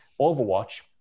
Overwatch